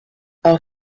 are